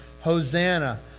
Hosanna